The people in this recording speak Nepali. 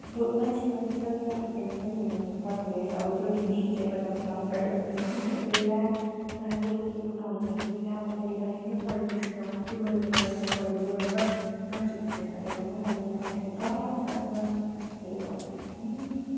अब मान्छेमा त्यो सेल्फ कन्फिडेन्स पनि हुनु पर्दो रहेछ अब त्यो दिनदेखि चाहिँ मैले अब चाल पाएँ अब हुन्छ नि गयो ला मलाई कसले के पो भन्छ कि ला म त नेपाली नै पढेको छुइनँ कत्ति भयो नेपाली न पढेको होइन मान्छेको छेउमा त झन् अब पढ्दाखेरि डर लाग्छ होइन त्यही भएर